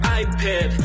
iPad